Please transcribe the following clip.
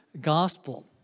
gospel